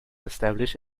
established